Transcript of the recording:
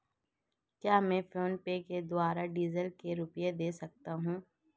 क्या मैं फोनपे के द्वारा डीज़ल के रुपए दे सकता हूं?